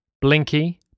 Blinky